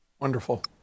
Wonderful